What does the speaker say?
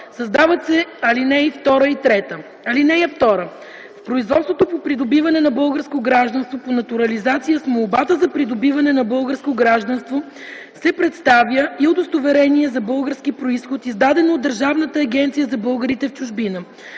Създава се ал. 2 и 3: „(2) Производството по придобиване на българско гражданство по натурализация с молбата за придобиване на българско гражданство се представя и удостоверение за български произход, издадено от Държавната агенция за българите в чужбина.